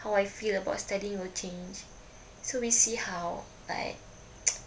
how I feel about studying will change so we'll see how but